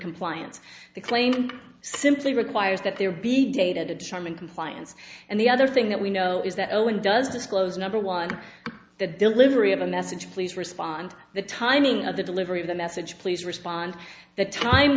compliance the claim simply requires that there be data to determine compliance and the other thing that we know is that owen does disclose number one the delivery of a message please respond to the timing of the delivery of the message please respond the time